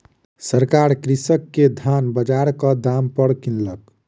सरकार कृषक के धान बजारक दाम पर किनलक